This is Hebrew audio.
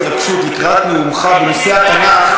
אני רק עונה לך שאני כולי כל כך מלא התרגשות לקראת נאומך בנושא התנ"ך